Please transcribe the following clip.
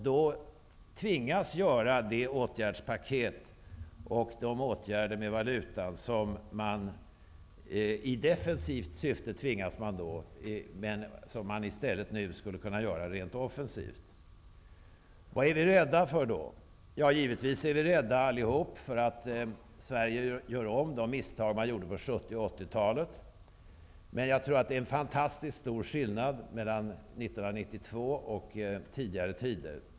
Då tvingas man i defensivt syfte att genomföra det åtgärdspaket och de åtgärder i fråga om valutan som man i stället nu skulle kunna genomföra i offensivt syfte. Vad är vi då rädda för? Vi är givetvis rädda allihop för att Sverige skall göra om de misstag som man gjorde under 70 och 80-talet. Men jag tror att det är en fantastisk stor skillnad mellan 1992 och tidigare år.